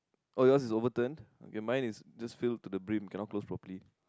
oh yours is overturn okay mine is just fail to brim cannot close probably